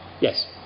Yes